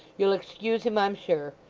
you'll excuse him, i'm sure.